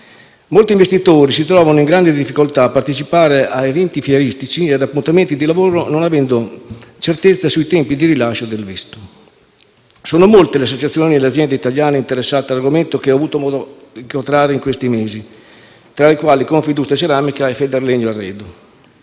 Molti investitori si trovano in grande difficoltà a partecipare a eventi fieristici e ad appuntamenti di lavoro non avendo certezza sui tempi di rilascio del visto. Sono molte le associazioni e le aziende italiane interessate all'argomento che ho avuto modo di incontrare in questi mesi, tra le quali Confindustria Ceramica e FederlegnoArredo,